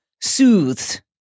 soothed